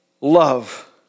love